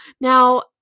Now